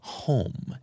home